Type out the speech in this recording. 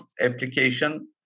application